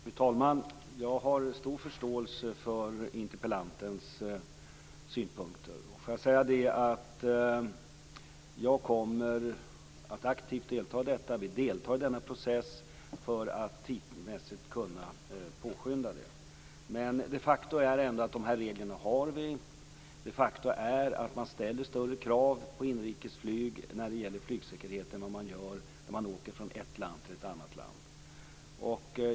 Fru talman! Jag har förståelse för interpellantens synpunkter. Jag kommer att aktivt delta i detta, vi deltar i denna process för att tidsmässigt kunna påskynda det. Men faktum är ändå att vi har de här reglerna. Faktum är att det ställs större krav på inrikesflyg när det gäller flygsäkerhet än när man åker från ett land till ett annat.